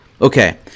Okay